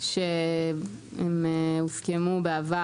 שהם הוסכמו בעבר